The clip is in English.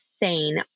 insane